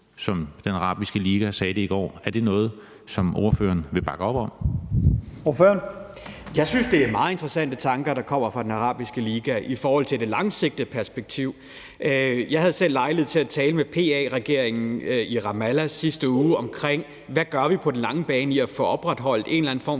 Lahn Jensen): Ordføreren. Kl. 13:38 Michael Aastrup Jensen (V): Jeg synes, det er meget interessante tanker, der kommer fra Den Arabiske Liga i forhold til det langsigtede perspektiv. Jeg havde selv lejlighed til at tale med PA-regeringen i Ramallah i sidste uge om, hvad vi gør på den lange bane i forhold til at få opretholdt en eller anden form